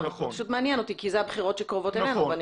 זה מעניין אותי כי אלה הבחירות שקרובות ואני